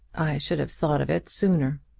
i should have thought of it sooner.